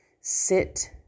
sit